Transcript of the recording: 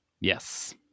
Yes